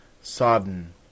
sodden